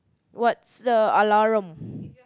what's a alarum